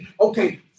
okay